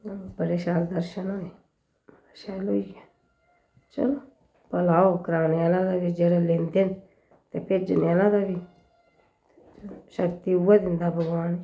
बड़े शैल दर्शन होए बड़े शैल होइये चलो भला होग कराने आह्ला जेह्ड़े लैते न ते भेजने आह्लें दा बी शक्ति उऐ दिंदा भगवान